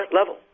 level